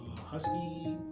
husky